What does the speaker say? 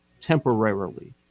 temporarily